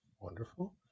Wonderful